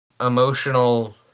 emotional